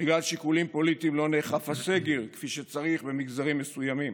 בגלל שיקולים פוליטיים לא נאכף הסגר כפי שצריך במגזרים מסוימים,